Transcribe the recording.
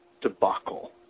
debacle